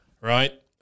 Right